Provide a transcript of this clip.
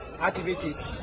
activities